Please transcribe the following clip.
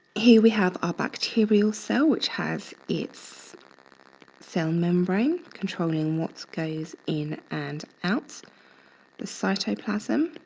here we have our bacterial cell which has its cell membrane controlling what goes in and out the cytoplasm